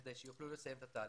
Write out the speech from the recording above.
כדי שיוכלו לסיים את התהליך.